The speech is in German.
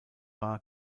war